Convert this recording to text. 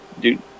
dude